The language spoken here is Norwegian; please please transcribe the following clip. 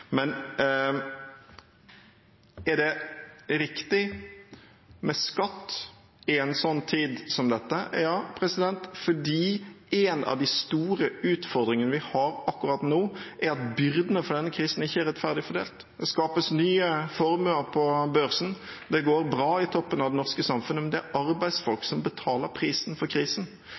Er det riktig med skatt i en tid som dette? Ja – fordi en av de store utfordringene vi har akkurat nå, er at byrdene for denne krisen ikke er rettferdig fordelt. Det skapes nye formuer på børsen, det går bra i toppen av det norske samfunnet, men det er arbeidsfolk som betaler prisen for krisen.